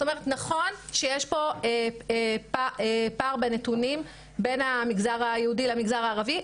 נכון שיש פה פער בנתונים בין המגזר היהודי למגזר הערבי,